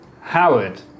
Howard